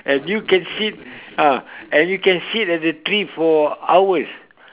and you can sit ah and you can sit at the tree for hours